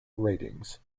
ratings